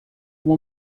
uma